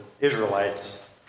Israelites